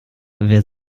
wer